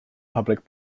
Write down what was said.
public